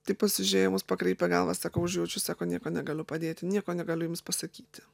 taip pasižiūrėjo į mus pakraipė galvą sako užjaučiu sako nieko negaliu padėti nieko negaliu jums pasakyti